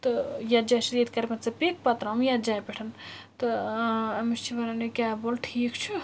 تہٕ ٲں یَتھ جایہِ چھِ ییٚتہِ کَر مےٚ ژٕ پِک پَتہٕ ترٛاوُم یَتھ جایہِ پٮ۪ٹھ تہٕ ٲں أمِس چھُ وَنان یہِ کیب وول ٹھیٖک چھُ